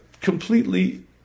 completely